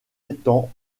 étangs